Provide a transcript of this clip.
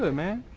ah man.